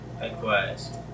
Likewise